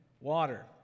water